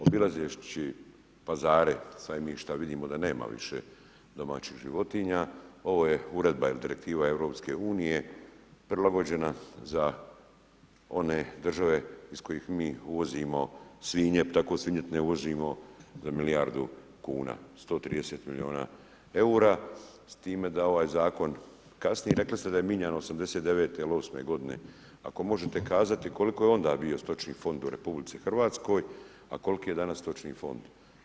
Obilazeći pazare, sajmišta, vidimo da nema više domaćih životinja, ovo je uredba ili direktiva EU-a prilagođena za one države iz kojih mi uvozimo svinje, tako svinjetine uvozimo za milijardu kuna, 130 milijuna eura s time da ovaj zakon kasni, rekli ste da je mijenjano '89. ili 88. g., ako možete kazati koliko je onda bio stočni fond u RH, a koliki je danas stočni fond?